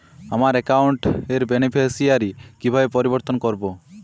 আমার অ্যাকাউন্ট র বেনিফিসিয়ারি কিভাবে পরিবর্তন করবো?